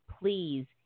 please